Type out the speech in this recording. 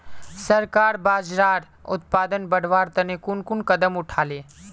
सरकार बाजरार उत्पादन बढ़वार तने कुन कुन कदम उठा ले